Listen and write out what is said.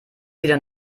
wieder